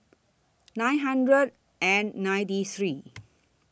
nine hundred and ninety three